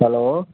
hello